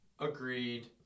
Agreed